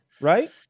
right